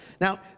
Now